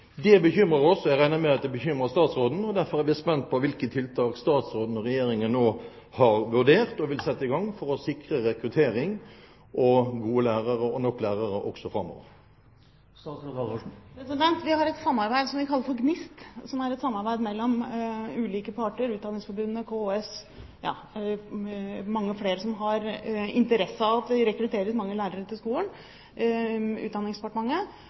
Det bekymrer oss. Jeg regner med at det bekymrer statsråden. Derfor er vi spent på hvilke tiltak statsråden og Regjeringen nå har vurdert og vil sette i gang for å sikre rekrutteringen, gode lærere og nok lærere også framover. Vi har et samarbeid som vi kaller GNIST. Det er et samarbeid mellom ulike parter – Utdanningsforbundet, KS, Kunnskapsdepartementet og mange flere – som har interesse av at vi rekrutterer lærere til skolen, og vi klarte å rekruttere veldig mange lærere til